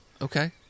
Okay